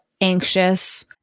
anxious